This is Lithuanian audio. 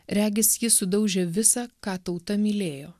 regis jis sudaužė visą ką tauta mylėjo